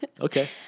Okay